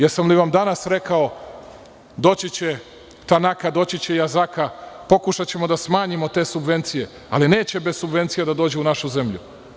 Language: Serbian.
Jesam li vam danas rekao da će doći „Tanaka“, doći će „Jazaka“, pokušaćemo da smanjimo te subvencije, ali neće bez subvencija da dođu u našu zemlju.